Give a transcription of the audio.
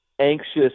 anxious